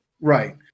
Right